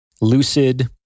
lucid